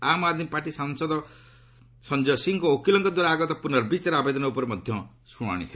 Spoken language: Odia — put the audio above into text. ଆମ୍ ଆଦ୍ମୀ ପାର୍ଟି ସାଂସଦ ସଂଜୟ ସିଂହଙ୍କ ଓକିଲଙ୍କ ଦ୍ୱାରା ଆଗତ ପୁର୍ନବିଚାର ଆବେଦନ ଉପରେ ମଧ୍ୟ ଶୁଣାଣି ହେବ